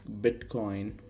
bitcoin